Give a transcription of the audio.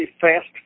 fast